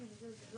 לא